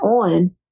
on